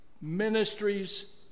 ministries